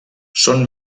són